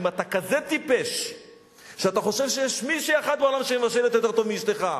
אם אתה כזה טיפש שאתה חושב שיש מישהי אחת בעולם שמבשלת יותר טוב מאשתך,